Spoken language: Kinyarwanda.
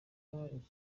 yashinze